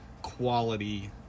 quality